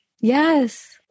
Yes